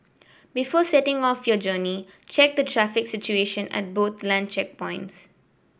before setting off on your journey check the traffic situation at both land checkpoints